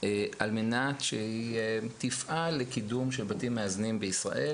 על מנת שהיא תפעל לקידום של בתים מאזנים בישראל.